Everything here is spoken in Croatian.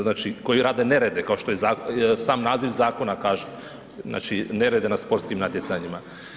Znači koji rade nerede kao što sam naziv zakona kaže, znači nerede na sportskim natjecanjima.